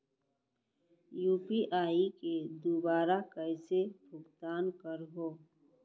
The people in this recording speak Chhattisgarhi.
यू.पी.आई के दुवारा कइसे भुगतान करहों?